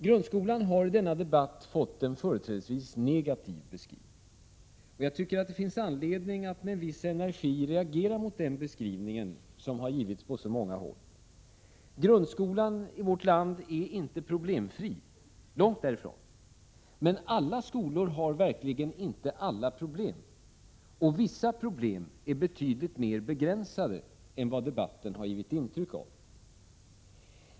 Grundskolan har i denna debatt fått en företrädesvis negativ beskrivning, och det finns anledning att med en viss energi reagera mot den beskrivning som har givits på så många håll. Grundskolan i vårt land är inte problemfri, långt därifrån, men alla skolor har verkligen inte alla problem, och vissa problem är betydligt mer begränsade än vad debatten har givit intryck av.